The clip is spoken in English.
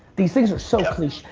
these things are so cliche.